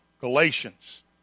Galatians